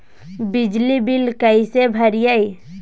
बिजली बिल कैसे भरिए?